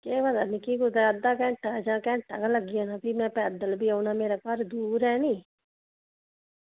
केह् पता मिगी कुतै अद्धा घैंटा जां घैंटा गा लग्गी जाना फ्ही फ्ही में पैदल औना मेरा घर दूर ऐ नी